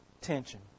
Tension